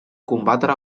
combatre